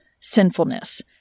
sinfulness